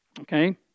Okay